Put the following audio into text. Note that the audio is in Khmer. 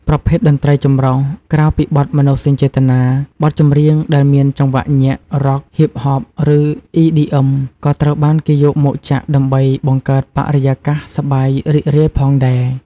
ប្រភេទតន្ត្រីចម្រុះ ក្រៅពីបទមនោសញ្ចេតនា បទចម្រៀងដែលមានចង្វាក់ញាក់ រ៉ក់ ហ៊ីបហប ឬ អ៊ីឌីអឹម ក៏ត្រូវបានគេយកមកចាក់ដើម្បីបង្កើតបរិយាកាសសប្បាយរីករាយផងដែរ។